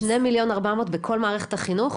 2.4 מיליון בכל מערכת החינוך?